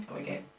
Okay